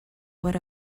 what